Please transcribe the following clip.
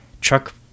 Chuck